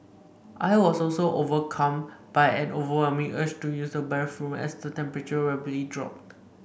I was also overcome by an overwhelming urge to use the bathroom as the temperature rapidly dropped